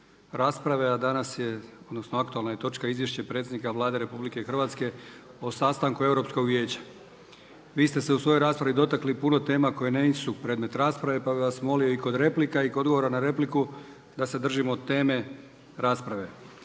rasprave, a aktualna je točka izvješće predsjednika Vlade RH o sastanku Europskog vijeća. Vi ste se u svojoj raspravi dotakli puno tema koje nisu predmet rasprave pa bi vas molio i kod replika i kod odgovora na repliku da se držimo teme rasprave.